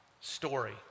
story